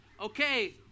okay